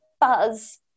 buzz